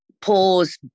pause